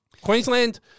Queensland